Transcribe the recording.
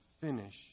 finish